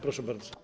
Proszę bardzo.